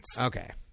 Okay